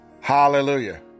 Hallelujah